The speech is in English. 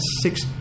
six